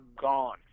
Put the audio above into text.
gone